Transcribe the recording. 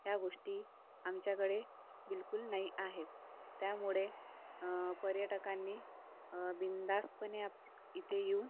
या गोष्टी आमच्याकडे बिलकुल नाही आहेत त्यामुळे पर्यटकांनी बिनधास्तपणे आप इथे येऊन